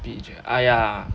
beach !aiya!